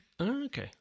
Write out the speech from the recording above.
Okay